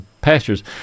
pastures